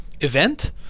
event